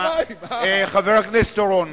חבר הכנסת אורון.